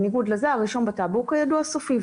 בניגוד לזה, הרישום בטאבו הוא כידוע סופי.